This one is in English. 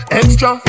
extra